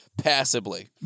Passively